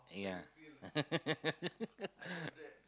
yeah